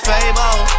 Fable